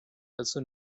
also